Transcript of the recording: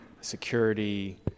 security